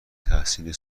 تحسین